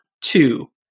two